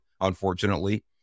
unfortunately